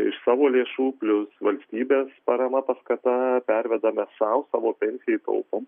iš savo lėšų plius valstybės parama paskata pervedame sau savo pensijai taupom